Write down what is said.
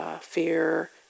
Fear